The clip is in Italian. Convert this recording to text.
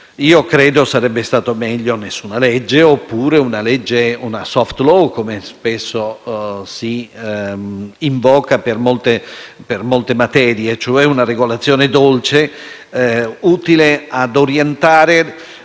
Io credo che sarebbe stata meglio nessuna legge oppure una *soft law*, come spesso si invoca per molte materie, e cioè una regolazione dolce, utile a orientare